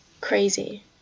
crazy